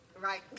right